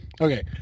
Okay